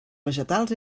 vegetals